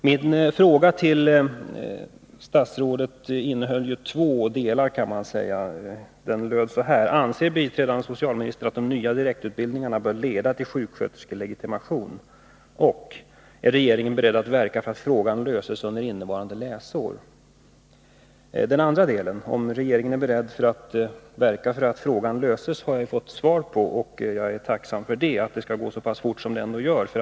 Min fråga till statsrådet Sigurdsen bestod av två delar: ”Anser biträdande socialministern att de nya direktutbildningarna bör leda till sjuksköterskelegitimation, och är regeringen beredd att verka för att frågan löses under innevarande läsår?” Den andra delen av frågan, om regeringen är beredd att verka för att frågan löses under innevarande läsår, har jag redan fått svar på. Jag är tacksam för att statsrådets svar är att den kommer att lösas så pass fort.